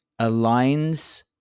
aligns